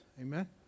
amen